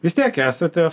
vis tiek esate